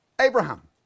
Abraham